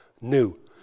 new